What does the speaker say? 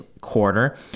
quarter